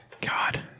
god